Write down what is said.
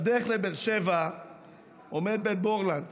בדרך לבאר שבע עומד בית בורלנד,